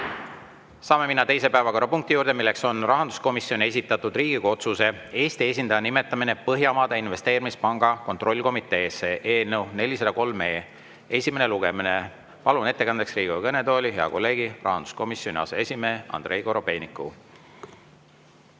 Saame minna teise päevakorrapunkti juurde, mis on rahanduskomisjoni esitatud Riigikogu otsuse "Eesti esindaja nimetamine Põhjamaade Investeerimispanga kontrollkomiteesse" eelnõu 403 esimene lugemine. Palun ettekandeks Riigikogu kõnetooli hea kolleegi, rahanduskomisjoni aseesimehe Andrei Korobeiniku.